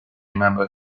member